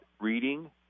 reading